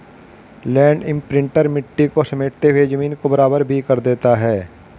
land imprinter मिट्टी को समेटते हुए जमीन को बराबर भी कर देता है